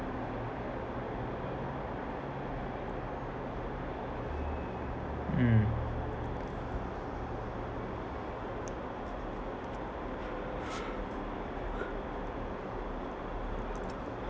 mm